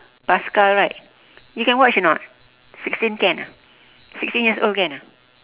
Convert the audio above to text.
pascal right you can watch or not sixteen can ah sixteen year's old can ah